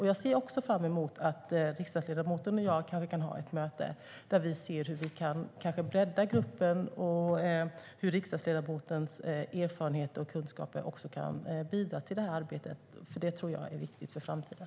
Jag ser också fram emot ett möte som riksdagsledamoten och jag kanske kan ha där vi ser hur vi kanske kan bredda gruppen och hur riksdagsledamotens erfarenhet och kunskaper kan bidra till det här arbetet. Det tror jag är viktigt för framtiden.